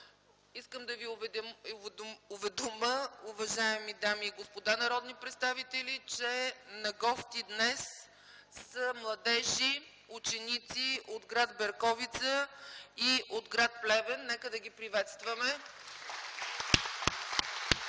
искам да ви уведомя, уважаеми дами и господа народни представители, че на гости днес са младежи, ученици от гр. Берковица и гр. Плевен. Нека да ги приветстваме.